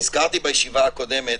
הזכרתי בישיבה הקודמת,